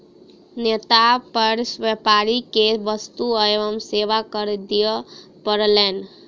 निर्यात पर व्यापारी के वस्तु एवं सेवा कर दिअ पड़लैन